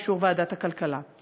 באישור ועדת הכלכלה.